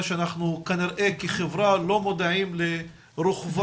שאנחנו כנראה כחברה לא מודעים לרוחב